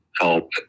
help